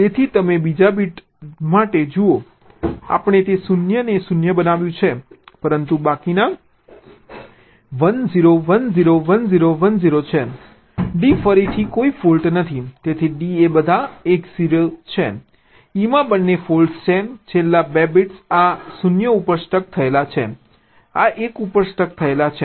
તેથી તમે બીજા બીટ માટે જુઓ આપણે તે 0 અને 0 બનાવ્યું છે પરંતુ બાકીના 1 0 1 0 1 0 1 0 છે d ફરીથી કોઈ ફોલ્ટ નથી તેથી d એ બધા 1 0 છે e માં બંને ફોલ્ટ્સ છે છેલ્લા 2 બિટ્સ આ 0 ઉપર સ્ટક થયેલા છે આ 1 ઉપર સ્ટક થયેલા છે